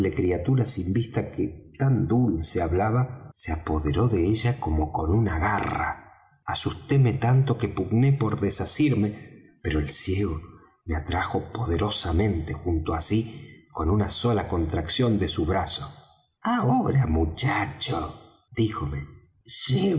criatura sin vista que tan dulce hablaba se apoderó de ella como con una garra asustéme tanto que pugné por desasirme pero el ciego me atrajo poderosamente junto a sí con sola una contracción de su brazo ahora muchacho díjome llévame á